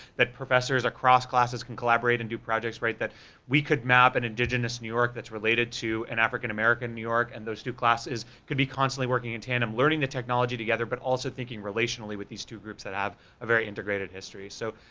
that professors across classes can collaborate and do projects right that we could map an indigenous new york that's related to an african american new york, and those two classes can be constantly working in tandem, learning the technology together, but also thinking relationally with these two groups that have a very integrated history, so,